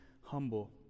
humble